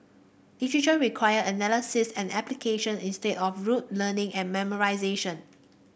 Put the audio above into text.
literature require analysis and application instead of rote learning and memorisation